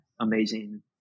amazing